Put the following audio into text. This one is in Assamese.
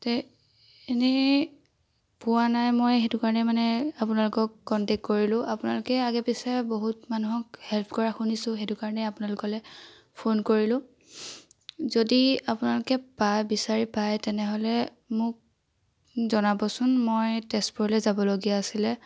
তে এনেই পোৱা নাই মই সেইটো কাৰণে মানে আপোনালোকক কন্টেক্ট কৰিলোঁ আপোনালোকে আগে পাছে বহুত মানুহক হেল্প কৰা শুনিছোঁ সেইটো কাৰণে আপোনালোকলৈ ফোন কৰিলোঁ যদি আপোনালোকে পাই বিচাৰি পায় তেনেহ'লে মোক জনাবচোন মই তেজপুৰলৈ যাবলগীয়া আছিলে